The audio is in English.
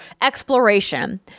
exploration